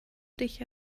dich